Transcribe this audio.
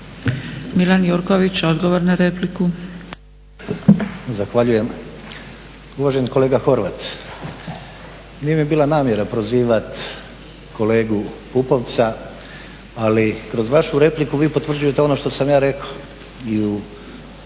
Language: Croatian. **Jurković, Milan (HDZ)** Zahvaljujem. Uvaženi kolega Horvat, nije mi bila namjera prozivati kolegu Pupovca, ali kroz vašu repliku vi potvrđujete ono što sam ja rekao